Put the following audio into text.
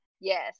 Yes